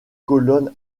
colonnes